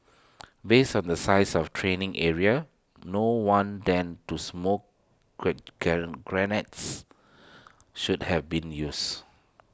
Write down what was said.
based on the size of the training area no one than two smoke grenades should have been used